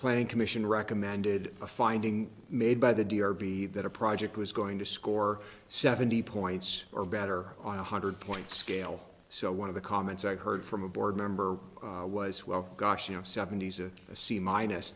planning commission recommended a finding made by the d r b that a project was going to score seventy points or better on a hundred point scale so one of the comments i heard from a board member was well gosh you know seventy's of a c minus